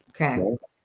Okay